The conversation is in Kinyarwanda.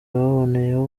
baboneyeho